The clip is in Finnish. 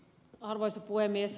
arvoisa puhemies